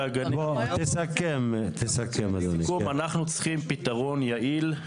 אנחנו צריכים פתרון יעיל.